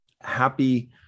happy